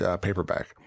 Paperback